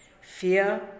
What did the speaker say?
fear